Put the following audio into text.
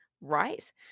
right